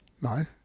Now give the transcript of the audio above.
No